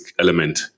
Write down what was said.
element